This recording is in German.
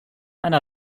einer